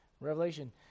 Revelation